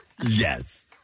Yes